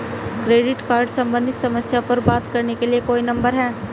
Credit card सम्बंधित समस्याओं पर बात करने के लिए कोई नंबर है?